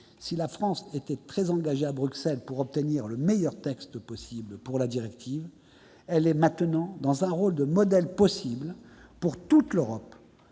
si la France était très engagée à Bruxelles afin d'obtenir le meilleur texte possible pour la directive, elle est maintenant dans un rôle de modèle possible, pour toute l'Europe,